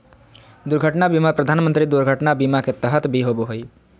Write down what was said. दुर्घटना बीमा प्रधानमंत्री दुर्घटना बीमा के तहत भी होबो हइ